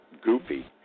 goofy